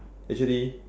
actually